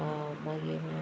मागीर